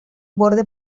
borde